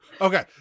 Okay